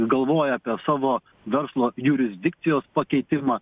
galvoja apie savo verslo jurisdikcijos pakeitimą